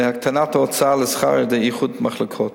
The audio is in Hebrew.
הקטנת ההוצאה לשכר על-ידי איחוד מחלקות,